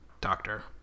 Doctor